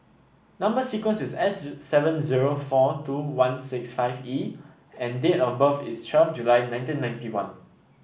number sequence is S seven zero four two one six five E and date of birth is twelve July nineteen ninety one